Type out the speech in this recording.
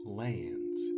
lands